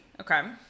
Okay